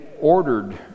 ordered